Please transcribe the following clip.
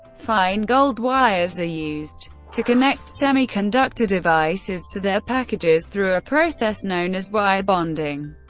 fine gold wires are used to connect semiconductor devices to their packages through a process known as wire bonding.